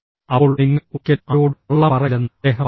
അപ്പോൾ നിങ്ങൾ ഒരിക്കലും ആരോടും കള്ളം പറയില്ലെന്ന് അദ്ദേഹം പറയുന്നു